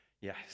Yes